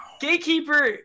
Gatekeeper